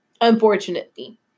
unfortunately